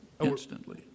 instantly